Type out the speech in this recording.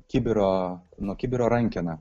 kibiro nuo kibiro rankeną